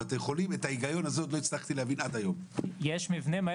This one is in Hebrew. פרופ' קרייס משיבא, מנהל המרכז.